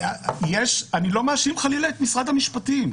אני לא מאשים, חלילה, את משרד המשפטים.